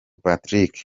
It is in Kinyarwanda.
patrick